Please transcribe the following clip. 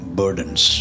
burdens